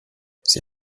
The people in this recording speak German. sie